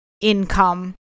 income